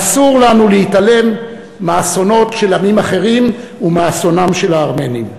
ואסור לנו להתעלם מאסונות של עמים אחרים ומאסונם של הארמנים.